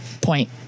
point